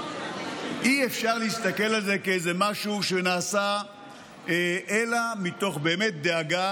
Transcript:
אי-אפשר להסתכל על זה כאל איזה משהו שנעשה אלא באמת מתוך דאגה